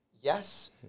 Yes